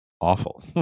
awful